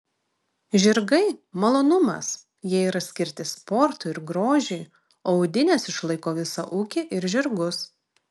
žirgai malonumas jie yra skirti sportui ir grožiui o audinės išlaiko visą ūkį ir žirgus